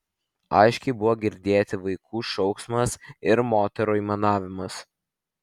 aiškiai buvo girdėti vaikų šauksmas ir moterų aimanavimas